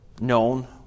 known